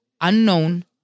unknown